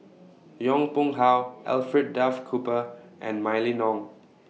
Yong Pung How Alfred Duff Cooper and Mylene Ong